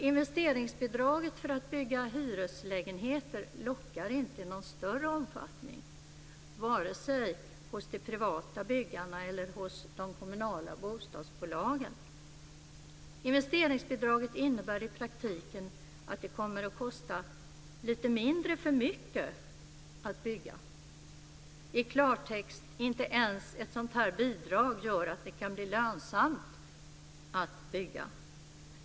Investeringsbidraget för att bygga hyreslägenheter lockar inte i någon större omfattning, vare sig hos de privata byggarna eller hos de kommunala bostadsbolagen. Investeringsbidraget innebär i praktiken att det kommer att kosta lite mindre för mycket att bygga. I klartext betyder det att inte ens ett sådant här bidrag gör att det kan bli lönsamt att bygga.